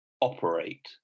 operate